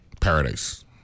paradise